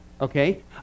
Okay